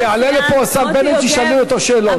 כשיעלה לפה השר בנט תשאלי אותו שאלות.